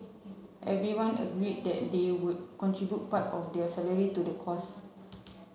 everyone agreed that they would contribute part of their salary to the cause